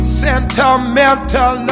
sentimental